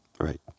Right